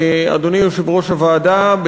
אדוני יושב-ראש הוועדה,